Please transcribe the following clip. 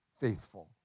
faithful